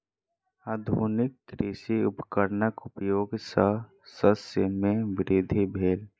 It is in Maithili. आधुनिक कृषि उपकरणक उपयोग सॅ शस्य मे वृद्धि भेल